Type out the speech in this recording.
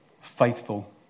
faithful